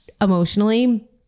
emotionally